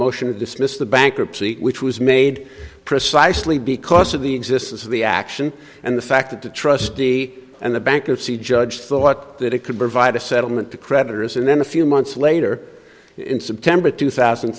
motion to dismiss the bankruptcy which was made precisely because of the existence of the action and the fact that the trustee and the bankruptcy judge thought that it could provide a settlement to creditors and then a few months later in september two thousand